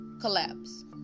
collapse